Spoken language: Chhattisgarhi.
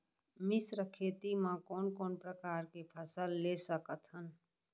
मिश्र खेती मा कोन कोन प्रकार के फसल ले सकत हन?